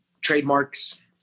trademarks